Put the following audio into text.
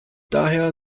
daher